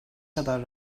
kadar